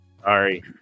Sorry